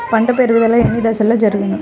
పంట పెరుగుదల ఎన్ని దశలలో జరుగును?